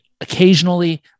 occasionally